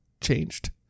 changed